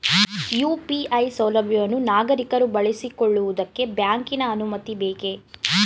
UPI ಸೌಲಭ್ಯವನ್ನು ನಾಗರಿಕರು ಬಳಸಿಕೊಳ್ಳುವುದಕ್ಕೆ ಬ್ಯಾಂಕಿನ ಅನುಮತಿ ಬೇಕೇ?